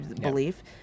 belief